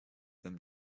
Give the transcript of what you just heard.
them